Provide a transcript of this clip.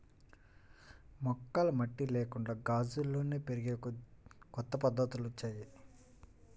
మొక్కలు మట్టి లేకుండా గాల్లోనే పెరిగే కొత్త పద్ధతులొచ్చాయ్